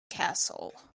castle